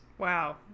Wow